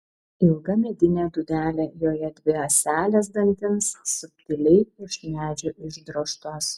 ilga medinė dūdelė joje dvi ąselės dantims subtiliai iš medžio išdrožtos